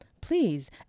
please